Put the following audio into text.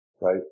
right